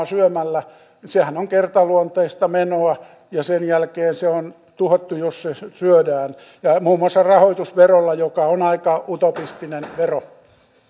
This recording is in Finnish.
syömällä pääomaa sehän on kertaluonteista menoa ja sen jälkeen se on tuhottu jos se syödään ja muun muassa rahoitusverolla joka on aika utopistinen vero